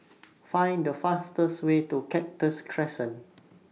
Find The fastest Way to Cactus Crescent